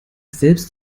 selbst